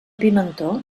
pimentó